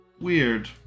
Weird